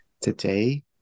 Today